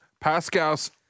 Pascal's